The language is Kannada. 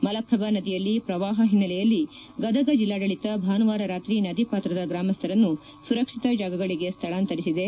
ಮಲಪ್ರಭಾ ನದಿಯಲ್ಲಿ ಪ್ರವಾಹ ಹಿನ್ನೆಲೆಯಲ್ಲಿ ಗದಗ ಜೆಲ್ಲಾಡಳಿತ ಭಾನುವಾರ ರಾತ್ರಿ ನದಿ ಪಾತ್ರದ ಗ್ರಾಮಸ್ಥರನ್ನು ಸುರಕ್ಷಿತ ಜಾಗಗಳಿಗೆ ಸ್ವಳಾಂತರಿಸಿದೆ